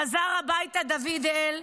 חזר דוד-אל הביתה,